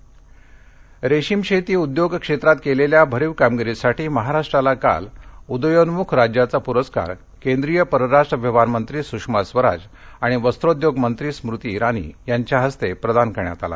रेशीम शेतीः रेशीम शेती उद्योग क्षेत्रात केलेल्या भरीव कामगिरीसाठी महाराष्ट्राला काल उदयोन्मुख राज्याचा पुरस्कार केंद्रीय परराष्ट्र व्यवहार मंत्री सुषमा स्वराज आणि वस्त्रोद्योग मंत्री स्मृती इरानी यांच्या हस्ते प्रदान करण्यात आला